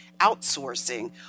outsourcing